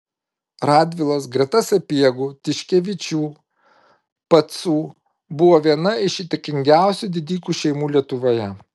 radvilos greta sapiegų tiškevičių pacų buvo viena iš įtakingiausių didikų šeimų lietuvoje